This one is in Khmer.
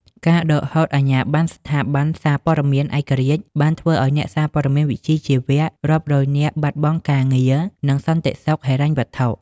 ការដកហូតអាជ្ញាប័ណ្ណស្ថាប័នសារព័ត៌មានឯករាជ្យ បានធ្វើឱ្យអ្នកសារព័ត៌មានវិជ្ជាជីវៈរាប់រយនាក់បាត់បង់ការងារ និងសន្តិសុខហិរញ្ញវត្ថុ។